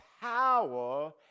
power